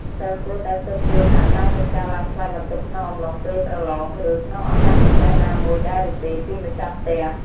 សិស្សគួរតែស៊ើបសួរថា តើមានការឡើងថ្លៃបន្ទប់ក្នុងអំឡុងពេលប្រឡង ឬក្នុងឱកាសពិសេសណាមួយដែរឬទេពីម្ចាស់ផ្ទះ។